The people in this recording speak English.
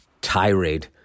tirade